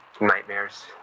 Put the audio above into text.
Nightmares